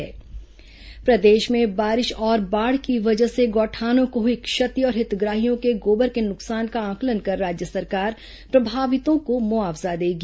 भगत मुआवजा प्रदेश में बारिश और बाढ़ की वजह से गौठानों को हुई क्षति और हितग्राहियों के गोबर के नुकसान का आंकलन कर राज्य सरकार प्रभावितों को मुआवजा देगी